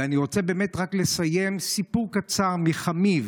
ואני רוצה באמת רק לסיים בסיפור קצר מחמיו.